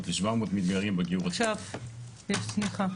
רב הקהילה,